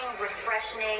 refreshing